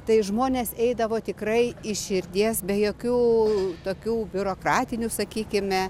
tai žmonės eidavo tikrai iš širdies be jokių tokių biurokratinių sakykime